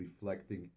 reflecting